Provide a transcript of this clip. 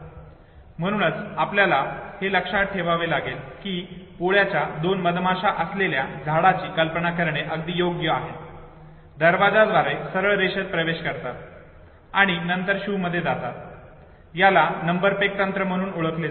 म्हणूनच आपल्याला हे लक्षात ठेवावे लागेल की पोळ्याच्या दोन मधमाशा असलेल्या झाडाची कल्पना करणे अगदी सोपे आहे दरवाजाद्वारे सरळ रेषेत प्रवेश करतात आणि नंतर शूमध्ये जातात याला नंबर पेग तंत्र म्हणून ओळखले जाते